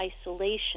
isolation